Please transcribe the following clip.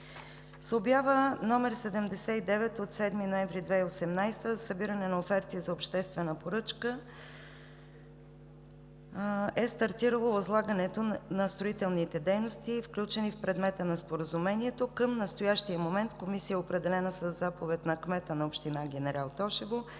С обява № 79 от 7 ноември 2018 г. за събиране на оферти за обществена поръчка е стартирало възлагането на строителните дейности, включени в предмета на споразумението. Към настоящия момент комисия, определена със заповед на кмета на община Генерал Тошево,